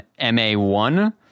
MA1